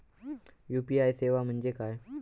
UPI सेवा म्हणजे काय?